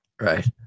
Right